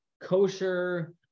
kosher